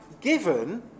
given